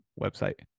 website